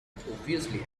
obviously